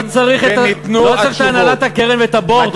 לא צריך את הנהלת הקרן ואת ה-board.